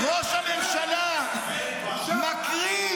ראש הממשלה מקריב,